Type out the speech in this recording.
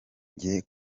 njye